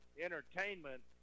entertainment